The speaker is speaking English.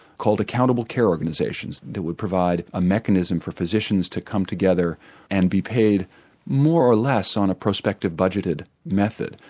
called accountable care organisations. they would provide a mechanism for physicians to come together and be paid more or less on a prospective budgeted method,